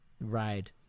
ride